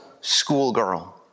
schoolgirl